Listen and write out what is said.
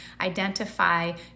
identify